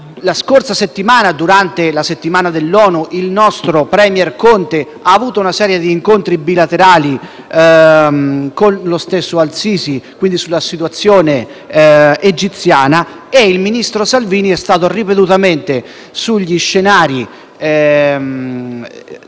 La scorsa settimana, durante l'Assemblea generale dell'ONU, il nostro *premier* Conte ha avuto una serie di incontri bilaterali con lo stesso al-Sisi sulla situazione egiziana. Il ministro Salvini è stato ripetutamente sui territori